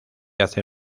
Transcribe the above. hace